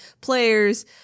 players